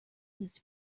this